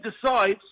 decides